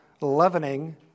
leavening